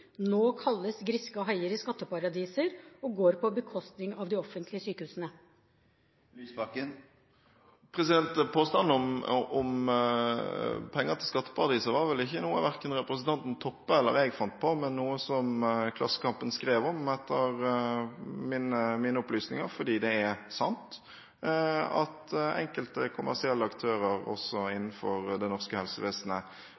nå kalles griske og haier i skatteparadiser, og går på bekostning av de offentlige sykehusene? Påstanden om penger til skatteparadiser var ikke noe verken representanten Toppe eller jeg fant på, men noe som Klassekampen skrev om, etter mine opplysninger, fordi det er sant at enkelte kommersielle aktører også